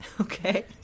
Okay